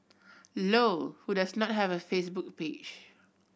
low who does not have a Facebook page